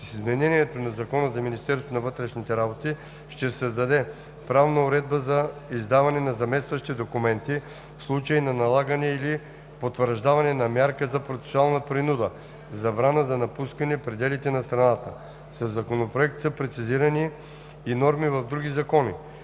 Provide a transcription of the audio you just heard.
изменението на Закона за Министерството на вътрешните работи ще се създаде правна уредба за издаване на заместващи документи в случаите на налагане или потвърждаване на мярка за процесуална принуда – забрана за напускане пределите на страната. Със Законопроекта са прецизирани и норми в други закони.